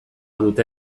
dute